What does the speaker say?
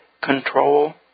control